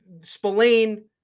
Spillane